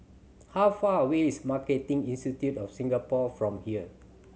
how far away is Marketing Institute of Singapore from here